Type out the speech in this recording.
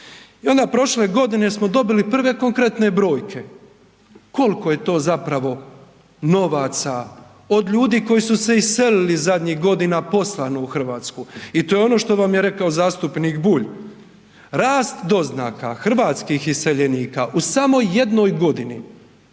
i onda prošle godine smo dobili prve konkretne brojke. Kolko je to zapravo novaca, od ljudi koji su se iselili zadnjih godina, poslano u RH? I to je ono što vam je rekao zastupnik Bulj, rast doznaka hrvatskih iseljenika u samo jednoj godini